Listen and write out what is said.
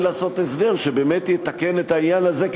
לעשות הסדר שבאמת יתקן את העניין הזה,